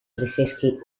preseski